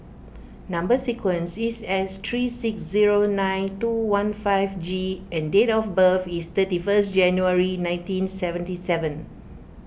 Number Sequence is S three six zero nine two one five G and date of birth is thirty first January nineteen seventy seven